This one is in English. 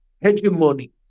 hegemony